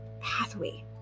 pathway